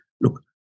look